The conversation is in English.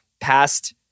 past